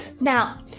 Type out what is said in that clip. now